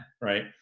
right